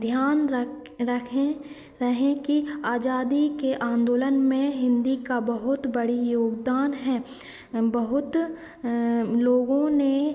ध्यान रख रखें रहे कि आज़ादी के आन्दोलन में हिन्दी का बहुत बड़ा योगदान है बहुत लोगों ने